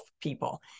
people